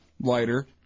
lighter